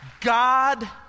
God